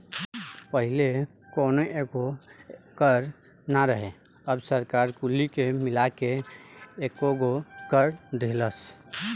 पहिले कौनो एगो कर ना रहे अब सरकार कुली के मिला के एकेगो कर दीहलस